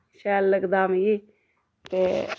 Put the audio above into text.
शैल लगदा मिगी ते